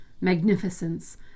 Magnificence